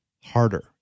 harder